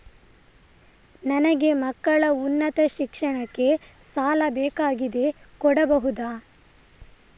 ನನಗೆ ಮಕ್ಕಳ ಉನ್ನತ ಶಿಕ್ಷಣಕ್ಕೆ ಸಾಲ ಬೇಕಾಗಿದೆ ಕೊಡಬಹುದ?